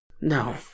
no